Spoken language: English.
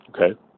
Okay